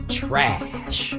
trash